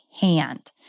hand